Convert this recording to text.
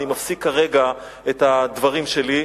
אני מפסיק כרגע את הדברים שלי.